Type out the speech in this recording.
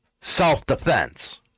self-defense